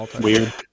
Weird